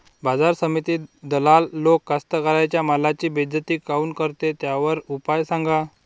बाजार समितीत दलाल लोक कास्ताकाराच्या मालाची बेइज्जती काऊन करते? त्याच्यावर उपाव सांगा